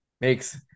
makes